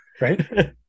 right